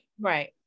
Right